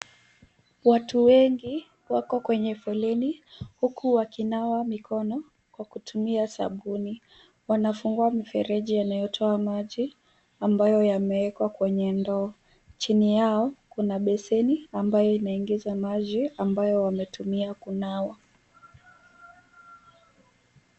Watu wengi wako kwenye foleni huku wakinawa mikono kwa kutumia sabuni. Wanafungua mifereji yanayotoa maji ambayo yamewekwa kwenye ndoo. Chini yao kuna beseni ambayo inaingiza maji ambayo wametumia kunawa.